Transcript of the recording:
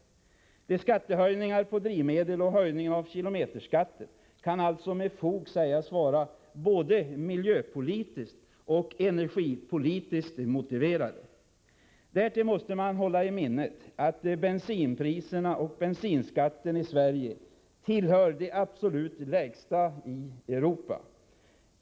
Skattehöjningarna på drivmedel och höjningen av kilometerskatten kan alltså med fog sägas vara både miljöpolitiskt och energipolitiskt motiverade. Därtill måste man hålla i minnet att bensinpriserna och bensinskatten i Sverige tillhör de absolut lägsta i Europa.